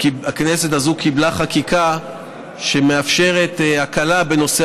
הכנסת הזאת קיבלה חקיקה שמאפשרת הקלה בנושא